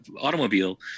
automobile